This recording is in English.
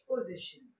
exposition